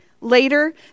Later